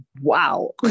wow